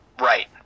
Right